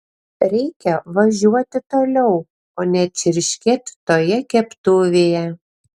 reikia važiuoti toliau o ne čirškėt toje keptuvėje